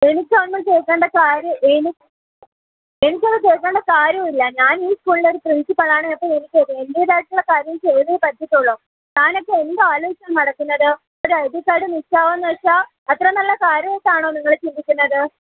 എനിക്കതൊന്നും കേൾക്കണ്ട കാര്യവും എനി എനിക്കത് കേൾക്കേണ്ട കാര്യമില്ല ഞാൻ ഈ സ്കൂളിലെ ഒരു പ്രിൻസിപ്പളാണ് അപ്പം എനിക്ക് എൻറ്റേതായിട്ടുള്ള കാര്യം ചെയ്തേ പറ്റത്തുള്ളു താനൊക്കെ എന്തോ ആലോചിച്ചതു കൊണ്ട് നടക്കുന്നത് ഒരൈഡി കാഡ് മിസ്സാകുകയെന്നു വെച്ചാൽ അത്ര നല്ല കാര്യമായിട്ടാണോ നിങ്ങൾ ചിന്തിക്കുന്നത്